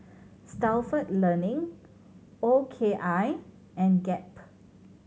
Stalford Learning O K I and Gap